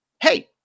hey